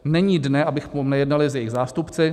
Není dne, abychom nejednali s jejich zástupci.